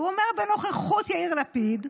והוא אומר בנוכחות יאיר לפיד: